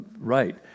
Right